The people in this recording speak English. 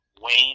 Wayne